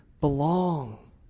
belong